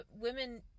Women